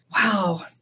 Wow